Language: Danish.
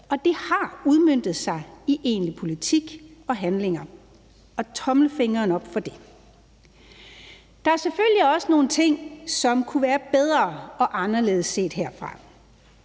og det har udmøntet sig i egentlig politik og handlinger – og tommelfingeren op for det. Der er selvfølgelig også nogle ting, som kunne være bedre og anderledes set herfra.